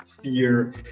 fear